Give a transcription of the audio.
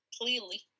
clearly